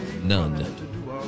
none